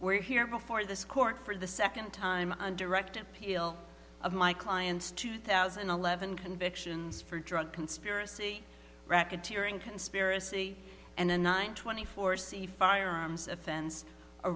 were here before this court for the second time and direct appeal of my client's two thousand and eleven convictions for drug conspiracy racketeering conspiracy and a nine twenty four c firearms offense